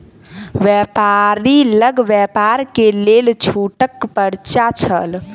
व्यापारी लग व्यापार के लेल छूटक पर्चा छल